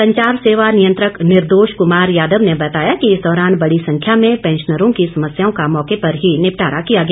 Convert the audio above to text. संचार सेवा नियंत्रक निर्दोष क्मार यादव ने बताया कि इस दौरान बड़ी संख्या में पैंशनरों की समस्याओं का मौके पर ही निपटारा किया गया